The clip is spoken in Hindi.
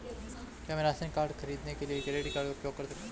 क्या मैं राशन खरीदने के लिए क्रेडिट कार्ड का उपयोग कर सकता हूँ?